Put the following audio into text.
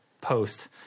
post